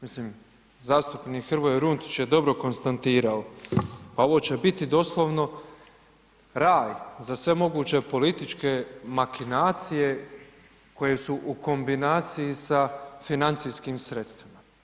Mislim, zastupnik Hrvoje Runtić je dobro konstatirao, pa ovo će biti doslovno raj za sve moguće političke makinacije koje su u kombinaciji sa financijskim sredstvima.